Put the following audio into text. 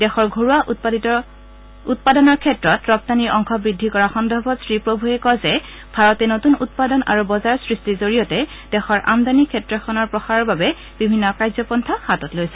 দেশৰ ঘৰুৱা উৎপাদিত ক্ষেত্ৰত ৰপ্তানিৰ অংশ বৃদ্ধি কৰা সন্দৰ্ভত শ্ৰী প্ৰভূৱে কয় যে ভাৰতে নতূন উৎপাদন আৰু বজাৰ সৃষ্টিৰ জৰিয়তে দেশৰ আমদানি ক্ষেত্ৰখনৰ প্ৰসাৰৰ বাবে বিভিন্ন কাৰ্যপন্থা লৈছে